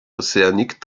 océanique